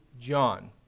John